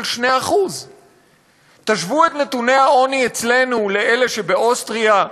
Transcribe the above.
2%. תשוו את נתוני העוני אצלנו לאלה שבאוסטריה,